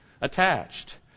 attached